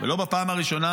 ולא בפעם הראשונה,